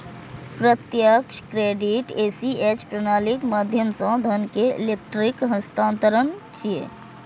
प्रत्यक्ष credit ACH प्रणालीक माध्यम सं धन के इलेक्ट्रिक हस्तांतरण छियै